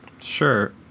Sure